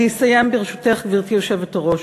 אני אסיים, ברשותך, גברתי היושבת-ראש,